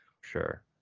Sure